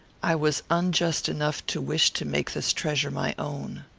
i was unjust enough to wish to make this treasure my own.